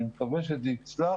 אני מקווה שזה יצלח,